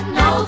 no